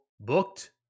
booked